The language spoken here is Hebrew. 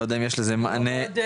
לא יודע אם יש לזה מענה אחד,